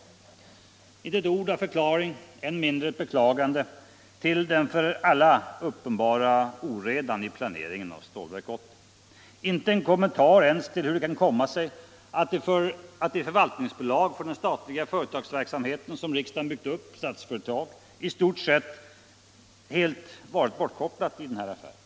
Inte ett ord av förklaring, än mindre av beklagande, till den för alla uppenbara oredan i planeringen av Stålverk 80. Inte en kommentar ens till hur det kan komma sig att det förvaltningsbolag för den statliga företagsverksamheten som riksdagen byggt upp, Statsföretag, i stort sett helt varit bortkopplat i den här affären.